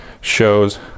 shows